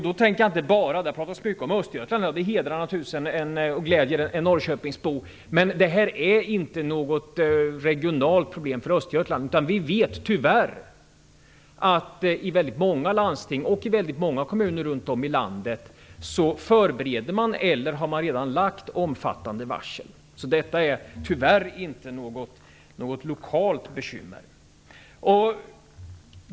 Det har pratats om Östergötland - det gläder naturligtvis en norrköpingsbo - men det här är inte något regionalt problem för Östergötland. Vi vet tyvärr att man inom många landsting och många kommuner runt om i landet förbereder eller redan har lagt omfattande varsel. Detta är alltså inte något lokalt bekymmer.